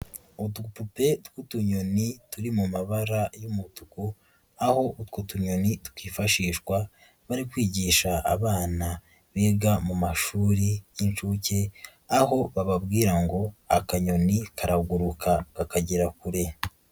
Udupupe tw'utunyoni turi mu mabara y'umutuku aho utwo tunyoni twifashishwa bari kwigisha abana biga mu mashuri y'inshuke, aho bababwira ngo akanyoni karaguruka kakagera kure.